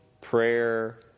prayer